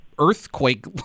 Earthquake